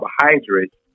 carbohydrates